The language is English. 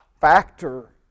factor